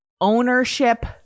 ownership